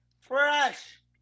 fresh